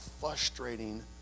frustrating